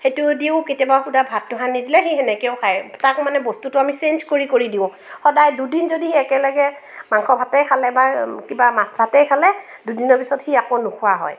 সেইটো দিওঁ কেতিয়াবা শুদা ভাতটো সানি দিলে সি সেনেকেও খায় তাক মানে বস্তুটো আমি চেঞ্জ কৰি কৰি দিওঁ সদায় দুদিন যদি সি একেলগে মাংস ভাতে খালে বা কিবা মাছ ভাতেই খালে দুদিনৰ পিছত সি আকৌ নোখোৱা হয়